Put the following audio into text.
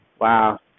Wow